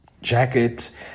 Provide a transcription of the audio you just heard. Jacket